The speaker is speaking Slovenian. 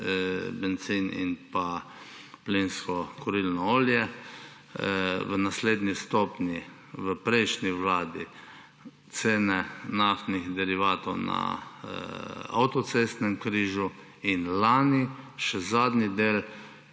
bencin in pa plinsko-kurilno olje, v naslednji stopnji, v prejšnji vladi, cene naftnih derivatov na avtocestnem križu in lani še zadnji del